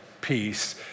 peace